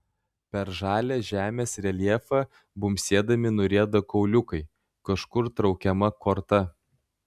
per žalią žemės reljefą bumbsėdami nurieda kauliukai kažkur traukiama korta